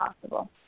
possible